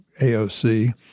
AOC